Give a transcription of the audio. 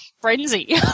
frenzy